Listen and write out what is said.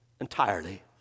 Entirely